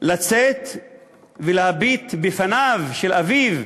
לצאת ולהביט בפניו של אביו,